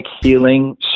healing